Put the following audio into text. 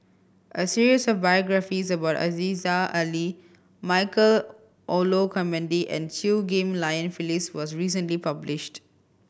a series of biographies about Aziza Ali Michael Olcomendy and Chew Ghim Lian Phyllis was recently published